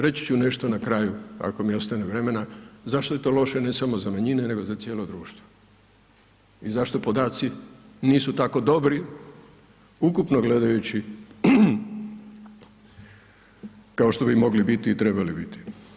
Reći ću nešto na kraju, ako mi ostane vremena, zašto je to loše ne samo za manjine nego za cijelo društvo i zašto podaci nisu tako dobri ukupno gledajući kao što bi mogli i trebali biti.